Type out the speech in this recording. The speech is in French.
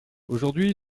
aujourd’hui